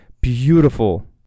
beautiful